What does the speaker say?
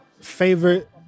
favorite